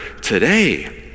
today